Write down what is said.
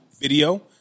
video